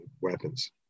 weapons